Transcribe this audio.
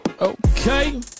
Okay